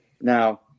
Now